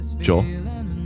Joel